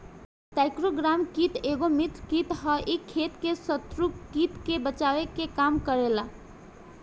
trichogramma कीट एगो मित्र कीट ह इ खेत के शत्रु कीट से बचावे के काम करेला